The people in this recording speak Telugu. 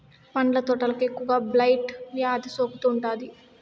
పండ్ల తోటలకు ఎక్కువగా బ్లైట్ వ్యాధి సోకుతూ ఉంటాది